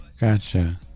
gotcha